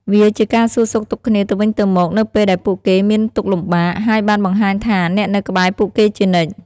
វាជាការសួរសុខទុក្ខគ្នាទៅវិញទៅមកនៅពេលដែលពួកគេមានទុក្ខលំបាក ហើយបានបង្ហាញថាអ្នកនៅក្បែរពួកគេជានិច្ច។